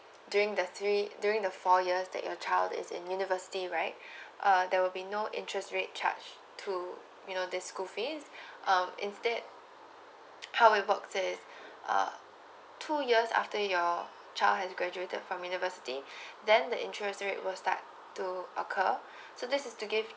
during the three during the four years that your child is in university right uh there will be no interest rate charge to you know the school fees um instead how I suppose to says uh two years after your child has graduated from university then the interest rate will start to occur so this is to give